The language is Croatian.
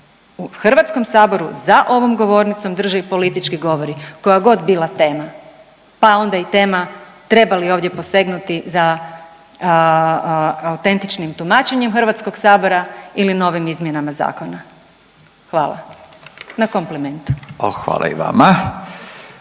da se u HS-u za ovom govornicom drže i politički govori, koja god bila tema, pa onda i tema treba li ovdje posegnuti za autentičnim tumačenjem HS-a ili novim izmjenama zakona. Hvala, na komplimentu. **Radin,